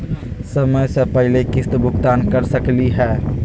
समय स पहले किस्त भुगतान कर सकली हे?